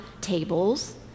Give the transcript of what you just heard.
tables